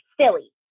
silly